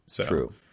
True